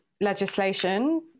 legislation